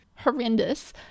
horrendous